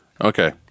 Okay